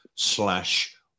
slash